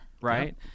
right